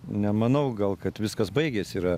nemanau gal kad viskas baigėsi yra